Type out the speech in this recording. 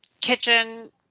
kitchen